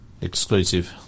Exclusive